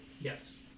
Yes